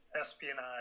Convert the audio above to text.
espionage